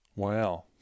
Wow